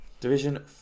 Division